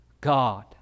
God